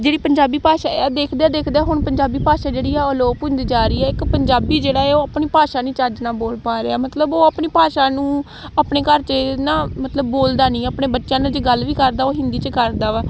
ਜਿਹੜੀ ਪੰਜਾਬੀ ਭਾਸ਼ਾ ਏ ਆ ਦੇਖਦਿਆਂ ਦੇਖਦਿਆਂ ਹੁਣ ਪੰਜਾਬੀ ਭਾਸ਼ਾ ਜਿਹੜੀ ਆ ਉਹ ਅਲੋਪ ਹੁੰਦੀ ਜਾ ਰਹੀ ਆ ਇੱਕ ਪੰਜਾਬੀ ਜਿਹੜਾ ਏ ਉਹ ਆਪਣੀ ਭਾਸ਼ਾ ਨਹੀਂ ਚੱਜ ਨਾਲ ਬੋਲ ਪਾ ਰਿਹਾ ਮਤਲਬ ਉਹ ਆਪਣੀ ਭਾਸ਼ਾ ਨੂੰ ਆਪਣੇ ਘਰ 'ਚ ਨਾ ਮਤਲਬ ਬੋਲਦਾ ਨਹੀਂ ਆ ਆਪਣੇ ਬੱਚਿਆਂ ਨੇ ਜੇ ਗੱਲ ਵੀ ਕਰਦਾ ਉਹ ਹਿੰਦੀ 'ਚ ਕਰਦਾ ਵਾ